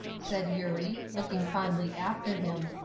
said eurie, looking fondly after him.